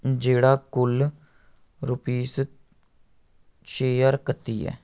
जेह्ड़ा कुल रूपीस छे ज्हार कत्ती ऐ